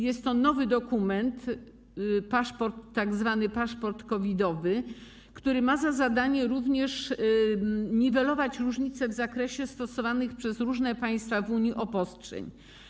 Jest to nowy dokument, tzw. paszport COVID-owy, który ma za zadanie niwelować różnice w zakresie stosowanych przez różne państwa w Unii obostrzeń.